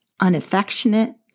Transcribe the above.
unaffectionate